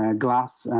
ah glass